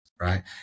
right